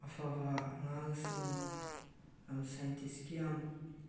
ꯑꯐꯕ ꯑꯉꯥꯡꯁꯤꯡ ꯌꯥꯝ ꯁꯥꯏꯟꯇꯤꯁꯀꯤ ꯌꯥꯝ